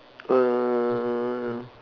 um